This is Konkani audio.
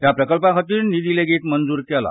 हया प्रकल्पांखातीर निधी लेगीत मंजूर केला